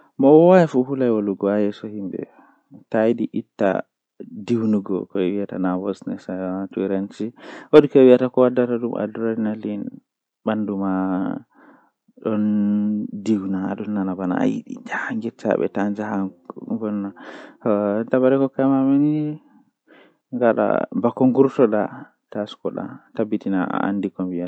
Nomi hisnata duniyaaru haa kunga to nasti duniyaaru kannjum woni mi tiɗdan mi dara mi laara kala komi waawata fu haa babal mbarugo huunde man, Tomi waawata mbarugo bo to woodi komi waawata yeccugo malla mi sawra be noɓe waɗirta mi Dara haa yeso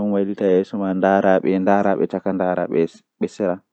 nden mi laara huunde man waɗi.